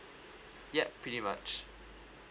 yup pretty much